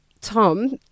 Tom